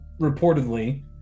reportedly